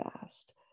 fast